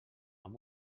amb